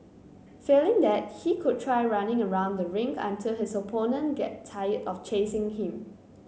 failing that he could try running around the ring until his opponent get tired of chasing him